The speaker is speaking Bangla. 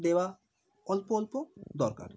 দেওয়া অল্প অল্প দরকার